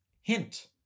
hint